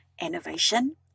innovation